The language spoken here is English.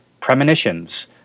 premonitions